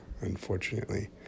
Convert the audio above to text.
unfortunately